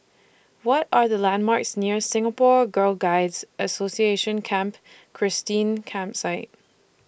What Are The landmarks near Singapore Girl Guides Association Camp Christine Campsite